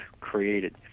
created